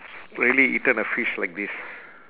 really eaten a fish like this